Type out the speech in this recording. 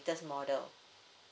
model